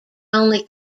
only